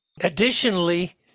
Additionally